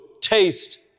taste